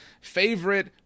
favorite